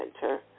center